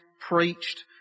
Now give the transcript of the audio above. preached